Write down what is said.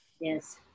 Yes